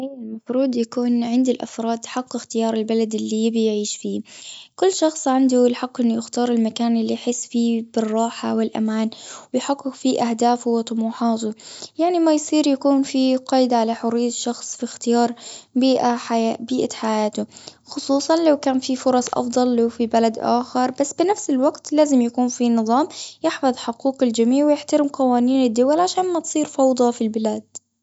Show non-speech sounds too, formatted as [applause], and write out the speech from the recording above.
إيه المفروض يكون عند الأفراد حق اختيار البلد، اللي يبي يعيش فيه. كل شخص عنده [hesitation] الحق، أنه يختار المكان اللي يحس فيه بالراحة، والأمان، ويحقق فيه أهدافه، وطموحاته. يعني ما يصير يكون في قيد على حرية شخص في اختيار بيئة- [hesitation] بيئة حياته، خصوصاً، لو كان في فرص أفضل، وفي بلد آخر. بس بنفس الوقت لازم يكون في نظام، يحفظ حقوق الجميع، ويحترم قوانين الدول، عشان ما تصير فوضى في البلاد.